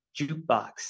jukebox